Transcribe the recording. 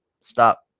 stop